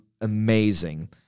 amazing